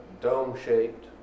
dome-shaped